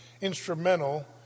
instrumental